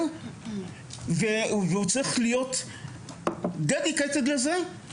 והוא צריך להיות להיות דדיקייטד לזה,